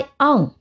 on